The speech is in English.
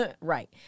right